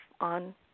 on